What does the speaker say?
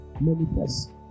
manifest